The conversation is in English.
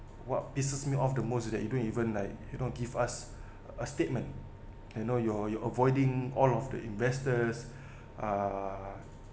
what pisses me off the most is that you don't even like you know give us a statement you know you're you're avoiding all of the investors uh